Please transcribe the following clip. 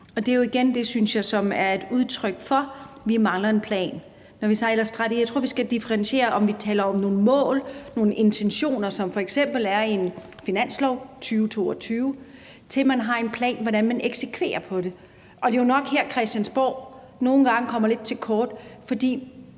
det er jo igen det, synes jeg, som er et udtryk for, at vi mangler en plan. Jeg tror, vi skal differentiere mellem, om vi taler om nogle mål, nogle intentioner, som f.eks. er i en finanslov 2022, og om man har en plan for, hvordan man eksekverer på det, og det er jo nok her, Christiansborg nogle gange kommer lidt til kort, fordi